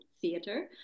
Theater